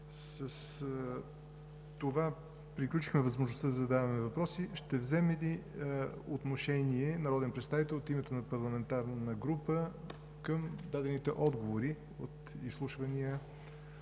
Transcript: С това приключихме възможността за задаване на въпроси. Ще вземе ли отношение народен представител от името на парламентарна група към дадените отговори от изслушвания